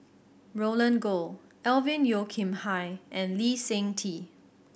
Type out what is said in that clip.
Roland Goh Alvin Yeo Khirn Hai and Lee Seng Tee